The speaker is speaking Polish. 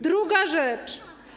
Druga rzecz.